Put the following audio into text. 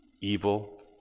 evil